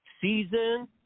season